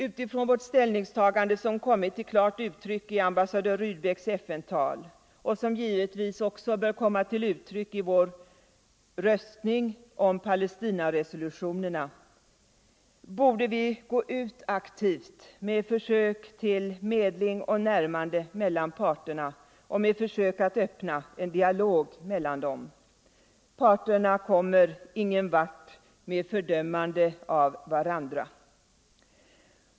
Utifrån vårt ställningstagande, som kommit till klart uttryck i ambassadör Rydbecks FN-tal och som givetvis bör komma till uttryck i vår röstning om Palestinaresolutionerna, borde vi gå ut aktivt med försök till medling och närmande mellan parterna och med försök att öppna en dialog mellan dem. Parterna kommer ingen vart med fördömande av varandra.